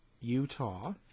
Utah